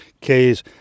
K's